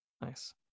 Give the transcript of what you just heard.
nice